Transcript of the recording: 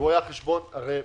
הרי